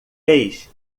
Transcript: fez